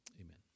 amen